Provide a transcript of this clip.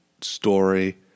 story